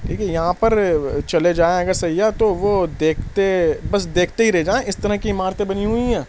ٹھیک ہے یہاں پر چلے جائیں اگر سیاح تو وہ دیکھتے بس دیکھتے ہی رہ جائیں اس طرح کی عمارتیں بنی ہوئی ہیں